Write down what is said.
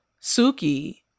Suki